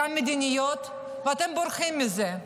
גם מדיניות, ואתם בורחים מזה.